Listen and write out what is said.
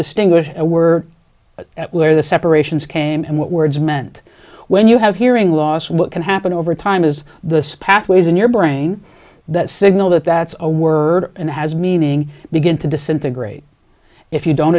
distinguish were at where the separations came and what words meant when you have hearing loss what can happen over time is the pathway is in your brain that signal that that's a word and has meaning begin to disintegrate if you don't